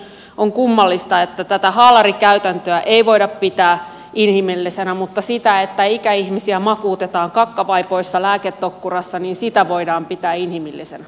mielestäni on kummallista että tätä haalarikäytäntöä ei voida pitää inhimillisenä mutta sitä että ikäihmisiä makuutetaan kakkavaipoissa lääketokkurassa voidaan pitää inhimillisenä